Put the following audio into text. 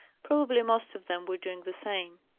probably most of them were doing the same.